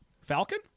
Falcon